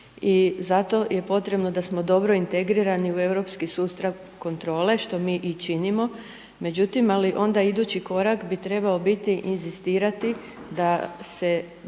zato je potrebno da smo dobro integrirani u europski sustav kontrole, što mi i činimo. Međutim, ali onda idući korak bi trebao biti, inzistirati da se od